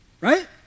right